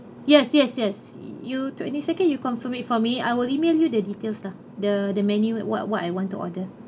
yes yes yes you twenty second you confirm it for me I will email you the details lah the the menu what what I want to order